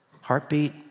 heartbeat